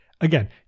again